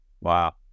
Wow